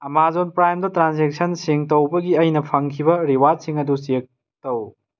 Amazon ꯄ꯭ꯔꯥꯏꯝꯗ ꯇ꯭ꯔꯥꯟꯖꯦꯛꯁꯟꯁꯤꯡ ꯇꯧꯕꯒꯤ ꯑꯩꯅ ꯐꯪꯈꯤꯕ ꯔꯤꯋꯥꯗꯁꯤꯡ ꯑꯗꯨ ꯆꯦꯛ ꯇꯧ